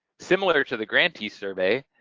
similar to the grantee survey,